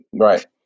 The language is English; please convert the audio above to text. right